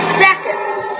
seconds